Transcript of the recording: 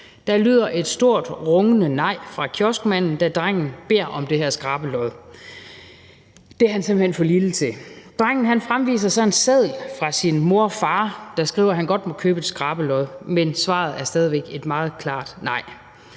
Der lyder et stort rungende nej fra kioskmanden, da drengen beder om det her skrabelod. Det er han simpelt hen for lille til. Drengen fremviser så en seddel fra sin mor og far, der skriver, at han godt må købe et skrabelod, men svaret er stadig væk et meget klart nej.